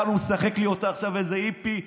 משחק לי אותה היפי,